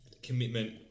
Commitment